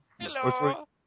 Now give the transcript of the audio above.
Hello